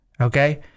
Okay